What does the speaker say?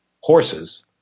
horses